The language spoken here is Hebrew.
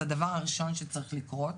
זה הדבר הראשון שצריך לקרות.